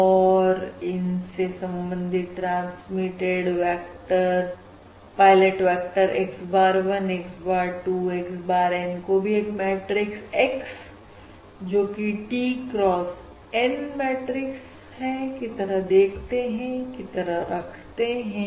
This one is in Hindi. और इन से संबंधित transmitted pilot vector x bar 1 xbar 2 x bar N को भी एक मैट्रिक्स X एक जोकि T cross N मैट्रिक्स है की तरह रखते हैं